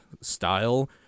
style